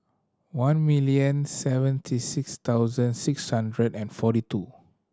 one million seventy six thousand six hundred and forty two